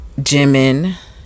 Jimin